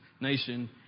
nation